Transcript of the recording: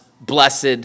blessed